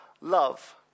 love